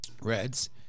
Reds